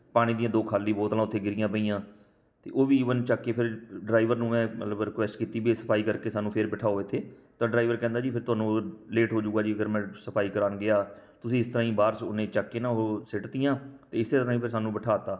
ਪਾਣੀ ਦੀਆਂ ਦੋ ਖਾਲੀ ਬੋਤਲਾਂ ਉੱਥੇ ਗਿਰੀਆਂ ਪਈਆਂ ਅਤੇ ਉਹ ਵੀ ਈਵਨ ਚੱਕ ਕੇ ਫਿਰ ਡਰਾਈਵਰ ਨੂੰ ਮੈਂ ਮਤਲਬ ਰਿਕੁਐਸਟ ਕੀਤੀ ਵੀ ਸਫਾਈ ਕਰਕੇ ਸਾਨੂੰ ਫਿਰ ਬਿਠਾਓ ਇੱਥੇ ਤਾਂ ਡਰਾਈਵਰ ਕਹਿੰਦਾ ਜੀ ਫਿਰ ਤੁਹਾਨੂੰ ਲੇਟ ਹੋ ਜਾਊਗਾ ਜੀ ਫਿਰ ਮੈਂ ਸਫਾਈ ਕਰਵਾਉਣ ਗਿਆ ਤੁਸੀਂ ਇਸ ਤਰ੍ਹਾਂ ਹੀ ਬਾਹਰ ਸੁ ਉਹਨੇ ਚੱਕ ਕੇ ਨਾ ਉਹ ਸੁੱਟਤੀਆਂ ਅਤੇ ਇਸੇ ਤਰ੍ਹਾਂ ਹੀ ਫਿਰ ਸਾਨੂੰ ਬਿਠਾਤਾ